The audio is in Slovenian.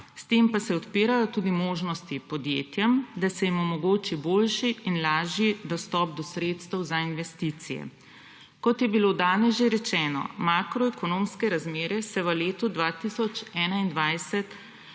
s tem pa se odpirajo tudi možnosti podjetjem, da se jim omogoči boljši in lažji dostop do sredstev za investicije. Kot je bilo danes že rečeno, se makroekonomske razmere v letu 2021